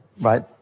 right